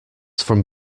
from